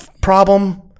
problem